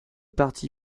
parti